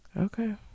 Okay